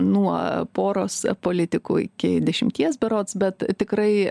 nuo poros politikų iki dešimties berods bet tikrai